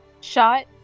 Shot